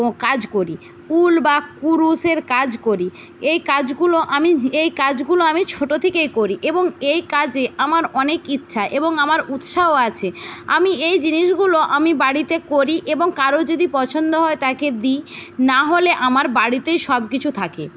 কাজ করি উল বা কুরুসের কাজ করি এই কাজগুলো আমি এই কাজগুলো আমি ছোটো থেকেই করি এবং এই কাজে আমার অনেক ইচ্ছা এবং আমার উৎসাহ আছে আমি এই জিনিসগুলো আমি বাড়িতে করি এবং কারোর যদি পছন্দ হয় তাকে দি না হলে আমার বাড়িতেই সব কিছু থাকে